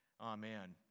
Amen